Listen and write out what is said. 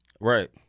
right